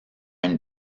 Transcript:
une